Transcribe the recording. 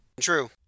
True